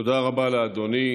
תודה רבה לאדוני.